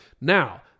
Now